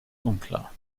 unklar